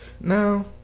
now